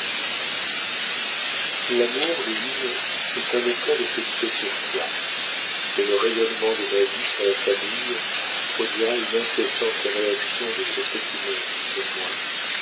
l'amour louise est un effort de felipe sur toi mais le rayonnement de ma vie sur la famille produira une incessante réaction de ce petit monde sur moi